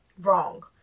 wrong